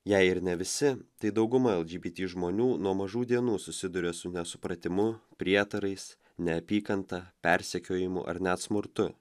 jei ir ne visi tai dauguma lgbt žmonių nuo mažų dienų susiduria su nesupratimu prietarais neapykanta persekiojimu ar net smurtu